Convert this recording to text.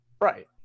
Right